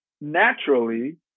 naturally